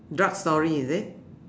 dark story is it